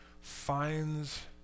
finds